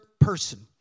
person